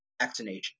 vaccination